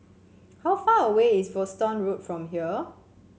how far away is Folkestone Road from here